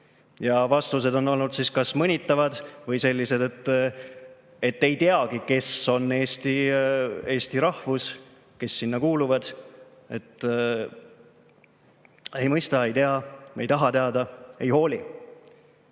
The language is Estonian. Vastused on olnud kas mõnitavad või sellised, et ei teagi, kes on eesti rahvus, kes sinna kuuluvad. Ei mõista, ei tea, me ei taha teada, ei hooli.